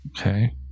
Okay